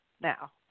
now